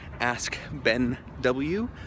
AskBenW